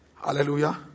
Hallelujah